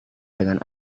dengan